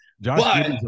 josh